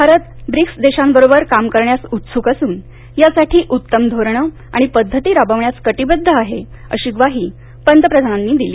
Bharat BRICS देशांवरोबर काम करण्यास उत्सुक असून यासाठी उत्तम धोरणं आणि पद्धती राबविण्यास कटिबद्ध आहे वशी ग्वाही पंतप्रधानांनी दिली